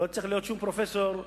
צריך להיות פרופסור למשפטים,